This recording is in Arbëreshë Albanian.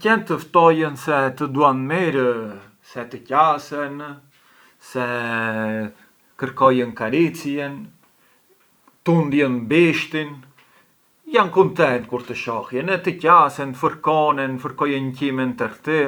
Qent të ftojën se të duan mirë se të qasen, se kërkojën karicje, tundjën bishtin e janë kuntent kur të shohjën, të qasen, fërkonen e fërkojën qimen te kti,